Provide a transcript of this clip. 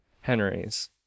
Henry's